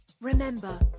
Remember